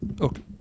Okay